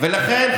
לכן,